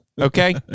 Okay